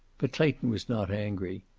but clayton was not angry.